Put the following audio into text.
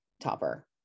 topper